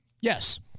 yes